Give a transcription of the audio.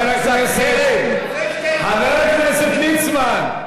את רבני הנח"ל החרדי בעיר שלך.